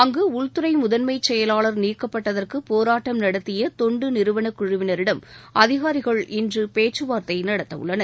அங்கு உள்துறை முதன்மைச் செயலாளர் நீக்கப்பட்டதற்கு போராட்டம் நடத்திய தொண்டு நிறுவனக் குழுவினரிடம் அதிகாரிகள் இன்று பேச்சுவார்த்தை நடத்தவுள்ளனர்